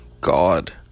God